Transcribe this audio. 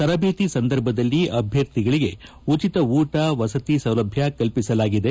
ತರಬೇತಿ ಸಂದರ್ಭದಲ್ಲಿ ಅಭ್ಯರ್ಥಿಗಳಿಗೆ ಉಚಿತ ಊಟ ಮಸತಿ ಸೌಲಭ್ಯ ಕಲ್ಲಿಸಲಾಗಿದೆ